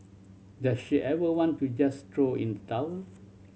does she ever want to just throw in towel